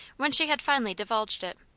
when she had finally divulged it.